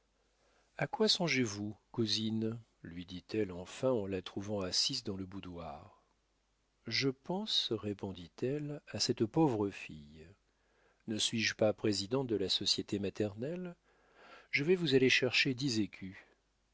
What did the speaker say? a quoi songez-vous cousine lui dit-elle enfin en la trouvant assise dans le boudoir je pense répondit-elle à cette pauvre fille ne suis-je pas présidente de la société maternelle je vais vous aller chercher dix